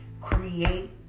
Create